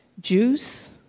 juice